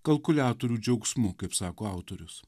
kalkuliatorių džiaugsmu kaip sako autorius